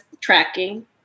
tracking